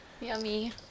Yummy